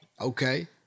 Okay